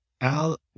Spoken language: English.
Al